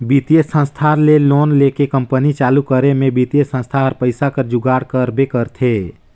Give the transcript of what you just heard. बित्तीय संस्था ले लोन लेके कंपनी चालू करे में बित्तीय संस्था हर पइसा कर जुगाड़ करबे करथे